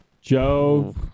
Joe